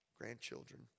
grandchildren